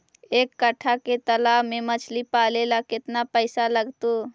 एक कट्ठा के तालाब में मछली पाले ल केतना पैसा लगतै?